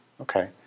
Okay